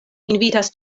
invitas